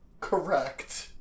Correct